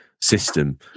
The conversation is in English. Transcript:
system